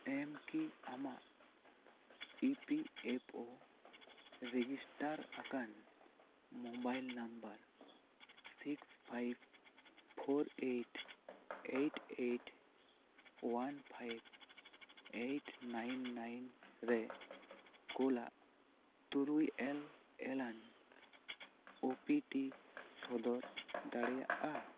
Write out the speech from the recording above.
ᱮᱢ ᱠᱤ ᱟᱢᱟᱜ E P F O register ᱟᱠᱟᱱ mobile number six five four eight eight eight one five eight nine nine ᱨᱮ ᱠᱳᱞᱟᱜ ᱛᱩᱨᱩᱭ ᱮᱞ ᱮᱞᱟᱱ ᱳ ᱯᱤ ᱴᱤ ᱥᱚᱫᱚᱨ ᱫᱟᱲᱮᱭᱟᱜᱼᱟ